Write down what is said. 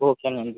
ఓకేనండి